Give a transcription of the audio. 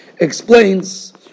explains